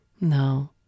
no